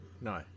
No